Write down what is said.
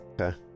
Okay